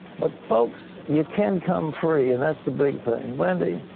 but folks, you can come free. and that's the big thing. wendy.